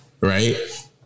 right